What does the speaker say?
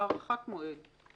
הארכת מועד.